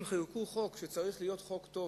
אם חוקקו חוק שצריך להיות חוק טוב,